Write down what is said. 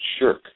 shirk